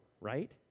right